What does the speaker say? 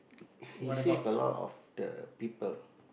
he save a lot of the people